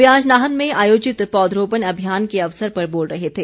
वे आज नाहन में आयोजित पौधरोपण अभियान के अवसर पर बोल रहे थे